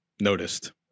noticed